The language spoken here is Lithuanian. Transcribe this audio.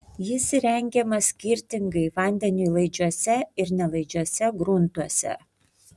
jis įrengiamas skirtingai vandeniui laidžiuose ir nelaidžiuose gruntuose